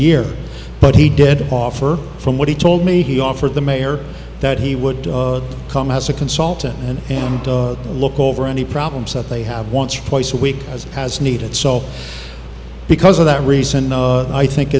year but he did offer from what he told me he offered the mayor that he would come as a consultant and look over any problems that they have once or twice a week as as needed so because of that reason i think